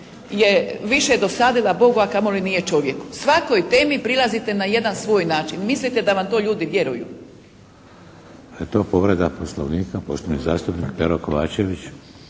je više dosadila Bogu a kamoli nije čovjeku. Svakoj temi prilazite na jedan svoj način. Mislite da vam to ljudi vjeruju. **Šeks, Vladimir (HDZ)** Eto, povreda Poslovnika, poštovani zastupnik Pero Kovačević.